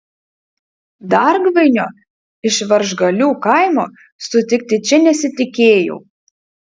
dargvainio iš varžgalių kaimo sutikti čia nesitikėjau